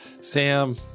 Sam